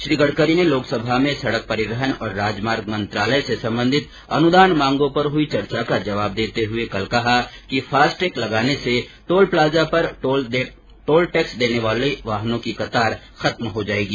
श्री गडकरी ने लोकसभा में सड़क परिवहन और राजमार्ग मंत्रालय से संबंधित अनुदान मांगों पर हई चर्चा का जवाब देते हए कल कहा कि फास्ट टैग लगाने से टोल प्लाजा पर टोल टैक्स देने वाले वाहनों की कतार खत्म हो जाएगी